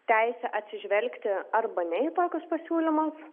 teisę atsižvelgti arba ne į tokius pasiūlymas